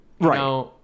Right